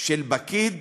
של פקיד.